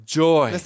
joy